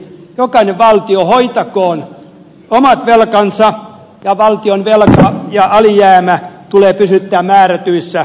jokainen valtio hoitakoon omat velkansa ja valtionvelka ja alijäämä tulee pysyttää määrätyissä kohtuullisissa rajoissa